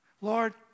Lord